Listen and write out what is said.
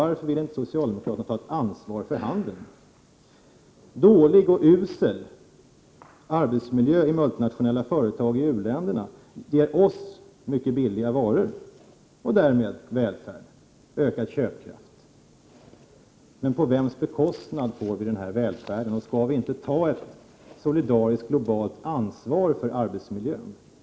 Varför vill inte socialdemokraterna ta ett ansvar för handeln? Dålig och usel arbetsmiljö i multinationella företag i u-länderna ger oss mycket billiga varor och därmed välfärd och ökad köpkraft. På vems bekostnad får vi emellertid denna välfärd? Skulle vi inte kunna ta ett solidariskt, globalt ansvar för arbetsmiljön?